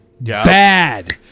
Bad